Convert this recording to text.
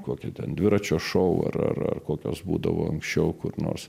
kokia ten dviračio šou ar ar kokios būdavo anksčiau kur nors